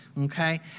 Okay